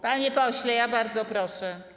Panie pośle, ja bardzo proszę.